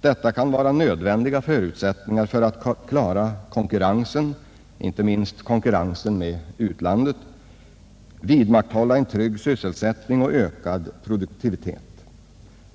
Detta kan vara nödvändiga förutsättningar för att klara konkurrensen, inte minst konkurrensen med utlandet, samt för att vidmakthålla en trygg sysselsättning och öka produktiviteten.